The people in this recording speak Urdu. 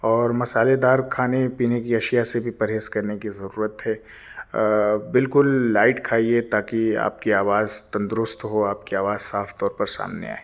اور مسالہ دار کھانے پینے کی اشیاء سے بھی پرہیز کرنے کی ضرورت ہے بالکل لائٹ کھائیے تاکہ آپ کی آواز تندرست ہو آپ کی آواز صاف طور پر سامنے آئے